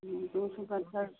दो सौ चद्दर